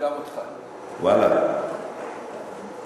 אני שומע גם אותך.